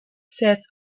sets